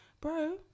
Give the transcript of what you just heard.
Bro